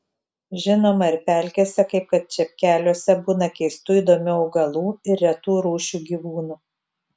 žinoma ir pelkėse kaip kad čepkeliuose būna keistų įdomių augalų ir retų rūšių gyvūnų